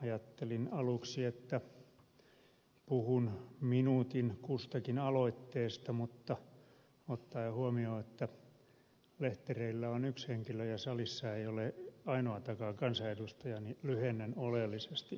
ajattelin aluksi että puhun minuutin kustakin aloitteesta mutta ottaen huomioon että lehtereillä on yksi henkilö ja salissa ei ole ainoatakaan kansanedustajaa niin lyhennän oleellisesti puheenvuoroni